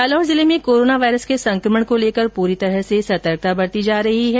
जालोर जिले में coronavirus के संकमण को लेकर पूरी तरह से सतर्कता बरती जा रही है